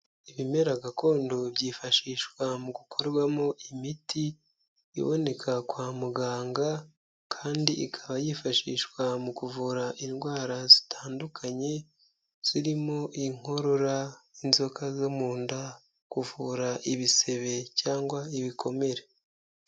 Ibimera gakondo byifashishwa mu gukorwamo imiti iboneka kwa muganga kandi ikaba yifashishwa mu kuvura indwara zitandukanye, zirimo inkorora, inzoka zo mu nda, kuvura ibisebe cyangwa ibikomere.